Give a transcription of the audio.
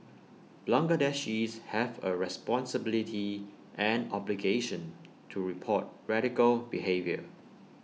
Bangladeshis have A responsibility and obligation to report radical behaviour